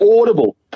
audible